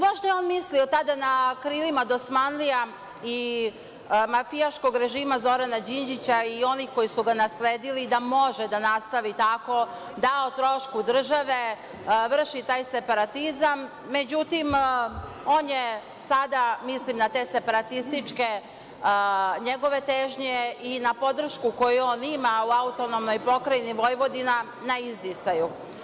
Možda je on mislio tada na krilima dosmanlija i mafijaškog režima Zoran Đinđića i onih koji su ga nasledili da može da nastavi tako, da o trošku države vrši taj separatizam, međutim, on je sada, mislim na te separatističke njegove težnje i na podršku koju on ima u AP Vojvodini na izdisanju.